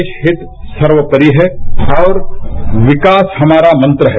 देशाहित सर्वोपरि है और विकास हमारा मंत्र है